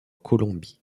colombie